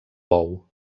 bou